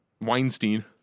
Weinstein